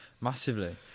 Massively